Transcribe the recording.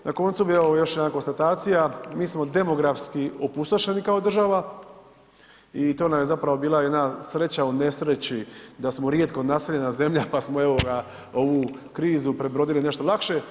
Na koncu bi evo još jedna konstatacija, mi smo demografski opustošeni kao država i to nam je zapravo bila jedna sreća u nesreći da smo rijetko naseljena zemlja, pa smo ovoga ovu krizu prebrodili nešto lakše.